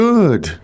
Good